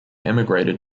emigrated